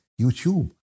YouTube